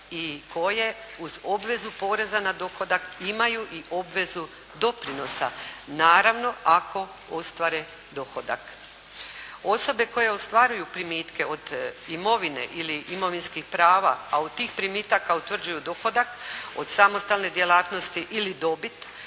i koje uz obvezu poreza na dohodak imaju i obvezu doprinosa. Naravno ako ostvare dohodak. Osobe koje ostvaruju primitke od imovine ili imovinskih prava a od tih primitaka utvrđuju dohodak od samostalne djelatnosti ili dobit